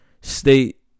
State